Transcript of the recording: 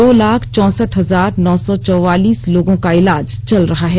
दो लाख चौंसठ हजार नौ सौ चौवालिस लोगों का इलाज चल रहा है